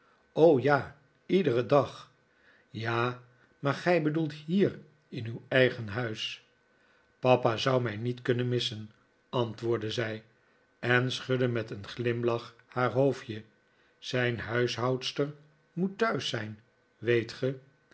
ja iederen dag ja maar gij bedoelt hier in uw eigen huis papa zou mij niet kunnen missen antwoordde zij en schudde met een glimlach haar hoofdje zijn huishoudster moet thuis zijn weet ge